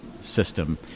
system